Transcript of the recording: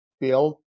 build